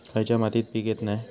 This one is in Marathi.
खयच्या मातीत पीक येत नाय?